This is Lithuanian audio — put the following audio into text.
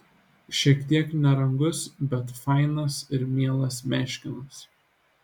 šiek tiek nerangus bet fainas ir mielas meškinas